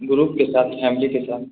group के साथ family के साथ